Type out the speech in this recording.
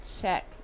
check